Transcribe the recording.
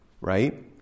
right